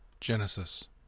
genesis